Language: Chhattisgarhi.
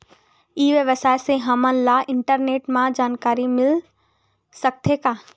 ई व्यवसाय से हमन ला इंटरनेट मा जानकारी मिल सकथे का?